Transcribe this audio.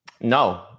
No